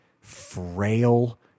frail